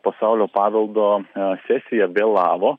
pasaulio paveldo sesija vėlavo